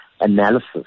analysis